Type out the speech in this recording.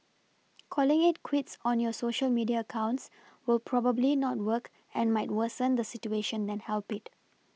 calling it quits on your Social media accounts will probably not work and might worsen the situation than help it